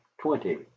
twenty